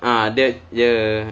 ah the the